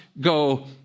go